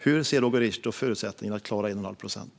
Hur ser Roger Richtoff på förutsättningarna att klara 1,5 procent?